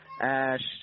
Ash